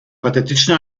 patetyczne